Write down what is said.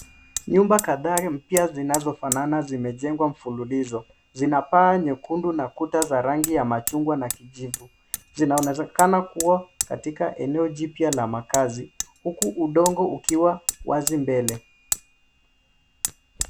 Nyumba kadhaa mpya zinazofanana zimejengwa mfululizo. Zina paa nykundu na kuta za rangi ya machungwa na kijivu. Zinaonekana katika eneo jipya la makazi huku udongo ukiwa wazi mbele.